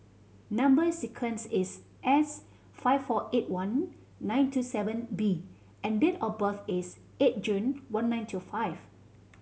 number sequence is S five four eight one nine two seven B and date of birth is eight June one nine two five